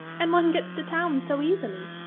and one gets to town so easily.